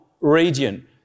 radiant